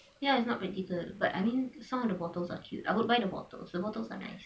ya it's not practical but I mean some of the bottles are cute I would buy the bottles the bottles are nice